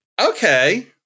Okay